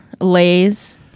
Lay's